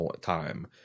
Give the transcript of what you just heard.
time